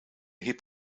hip